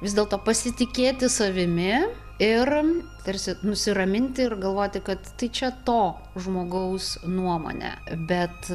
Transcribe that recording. vis dėlto pasitikėti savimi ir tarsi nusiraminti ir galvoti kad tai čia to žmogaus nuomonė bet